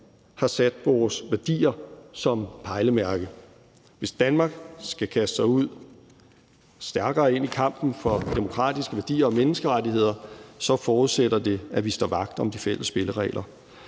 har sat vores værdier som pejlemærke. Hvis Danmark skal kaste sig stærkere ind i kampen for demokratiske værdier og menneskerettigheder, forudsætter det, at vi står vagt om de fælles spilleregler.